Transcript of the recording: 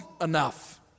enough